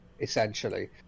essentially